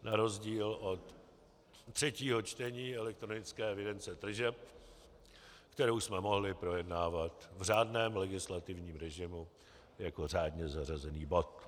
Na rozdíl od třetího čtení elektronické evidence tržeb, kterou jsme mohli projednávat v řádném legislativním režimu jako řádně zařazený bod.